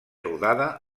rodada